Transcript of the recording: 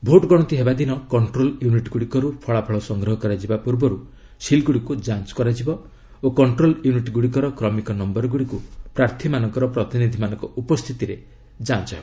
vote ଗଣତି ହେବା ଦିନ କଣ୍ଟ୍ରୋଲ୍ ୟୁନିଟ୍ ଗୁଡ଼ିକରୁ ଫଳାଫଳ ସଂଗ୍ରହ କରାଯିବା ପୂର୍ବରୁ ସିଲ୍ଗୁଡ଼ିକୁ ଯାଞ୍ଚ କରାଯିବ ଓ କଣ୍ଟ୍ରୋଲ ୟୁନିଟ୍ଗୁଡ଼ିକର କ୍ରମିକ ନୟରଗୁଡ଼ିକୁ ପ୍ରାର୍ଥୀମାନଙ୍କର ପ୍ରତିନିଧିମାନଙ୍କ ଉପସ୍ଥିତିରେ ଯାଞ୍ଚ ହେବ